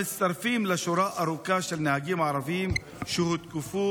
הם מצטרפים לשורה ארוכה של נהגים ערבים שהותקפו